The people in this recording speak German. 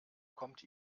kommt